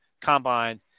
combine